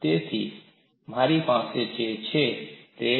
તેથી મારી પાસે જે છે તે છે